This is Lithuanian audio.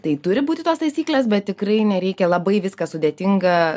tai turi būti tos taisyklės bet tikrai nereikia labai viskas sudėtinga